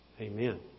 Amen